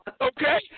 Okay